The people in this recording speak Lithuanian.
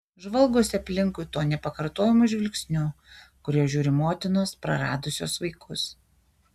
žvalgosi aplinkui tuo nepakartojamu žvilgsniu kuriuo žiūri motinos praradusios vaikus